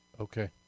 Okay